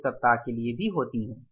कुछ सप्ताह के लिए भी होती है